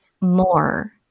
more